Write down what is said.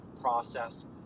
process